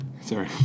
Sorry